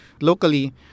locally